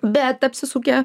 bet apsisukę